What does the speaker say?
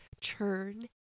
churn